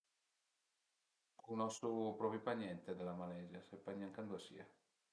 Cunosu propi pa niente d'la Malesia, sai gnanca ëndua a sia